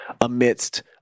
amidst